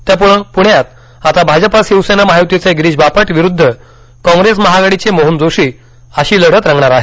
त्याम्ळे प्ण्यात आता भाजपा शिवसेना महाय्तीचे गिरीश बापट विरुद्ध कॉग्रेस महाआघाडीचे मोहन जोशी अशी लढत रंगणार आहे